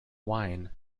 wine